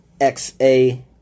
XA